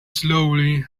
slowly